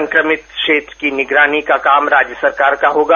संक्रमित क्षेत्र की निगरानी का काम राज्य सरकार का होगा